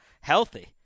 healthy